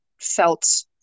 felt